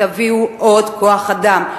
תביאו עוד כוח-אדם.